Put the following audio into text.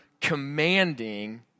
commanding